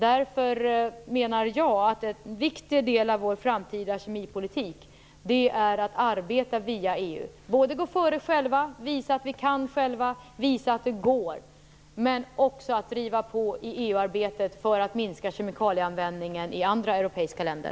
Därför menar jag att en viktig del av vår framtida kemipolitik är att arbeta via EU. Vi skall själva gå före och visa att vi kan och att det går, och vi skall också driva på i EU-arbetet för att minska kemikalieanvändningen i andra europeiska länder.